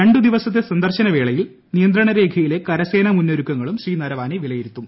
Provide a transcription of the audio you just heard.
രണ്ട് ദിവസത്തെ സന്ദർശന വേളയിൽ നിയന്ത്രണരേഖയിലെ കരസേന മുന്നൊരുക്കങ്ങളും ശ്രീ നരവാനെ വിലയിരുത്തും